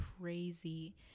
crazy